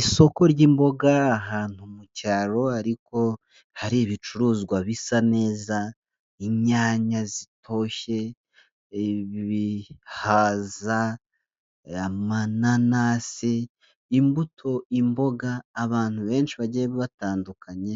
Isoko ry'imboga, ahantu mu cyaro ariko hari ibicuruzwa bisa neza, inyanya zitoshye, ibihaza, amananasi, imbuto, imboga, abantu benshi bagiye batandukanye,